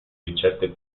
ricette